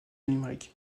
limerick